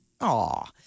Aw